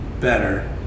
better